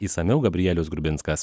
išsamiau gabrielius grubinskas